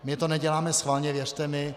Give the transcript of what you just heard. My to neděláme schválně, věřte mi.